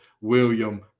William